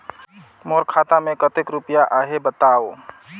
मोर खाता मे कतेक रुपिया आहे बताव?